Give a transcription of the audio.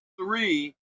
three